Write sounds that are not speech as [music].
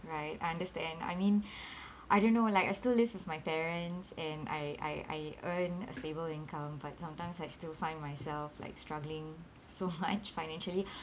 right I understand I mean [breath] I don't know like I still live with my parents and I I I earn a stable income but sometimes I still find myself like struggling so much [laughs] financially [breath]